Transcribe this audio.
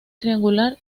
triangular